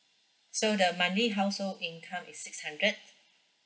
so the monthly household income is six hundred